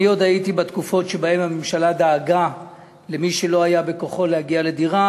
אני עוד הייתי בתקופות שבהן הממשלה דאגה למי שלא היה בכוחו להגיע לדירה,